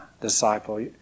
disciple